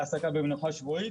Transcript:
להעסקה במנוחה שבועית,